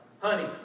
Honey